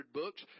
books